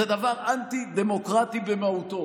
זה דבר אנטי-דמוקרטי במהותו.